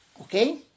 okay